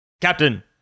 Captain